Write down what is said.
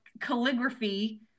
calligraphy